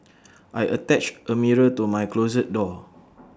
I attached A mirror to my closet door